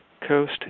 Coast